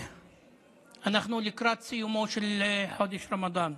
אנחנו לקראת סיומו של חודש הרמדאן,